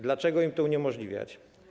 Dlaczego im to uniemożliwiać?